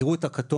תראו את הכתום,